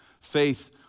faith